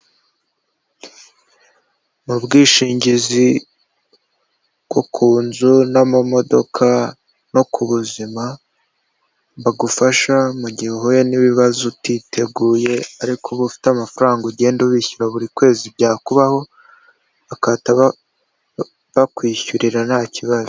Mu bwishingizi bwo ku nzu, n'amamodoka, no ku buzima; bagufasha mu gihe uhuye n'ibibazo utiteguye; ariko uba ufite amafaranga ugenda ubishyura buri kwezi; byakubaho bagahita bakwishyurira nta kibazo.